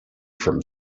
from